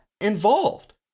involved